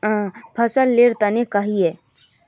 फसल लेर तने कहिए?